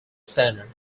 centre